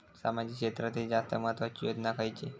सामाजिक क्षेत्रांतील जास्त महत्त्वाची योजना खयची?